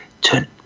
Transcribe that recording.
turn